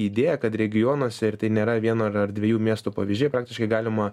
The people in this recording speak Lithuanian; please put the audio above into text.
idėja kad regionuose ir tai nėra vieno ar ar dviejų miestų pavyzdžiai praktiškai galima